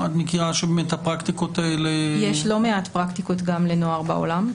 את מכירה את הפרקטיקות האלה --- יש לא מעט פרקטיקות גם לנוער בעולם.